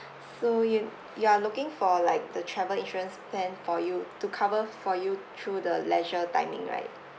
so you you are looking for like the travel insurance plan for you to cover for you through the leisure timing right